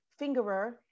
Fingerer